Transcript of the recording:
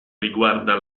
riguarda